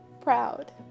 proud